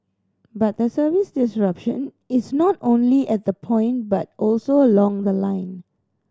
but the service disruption is not only at the point but also along the line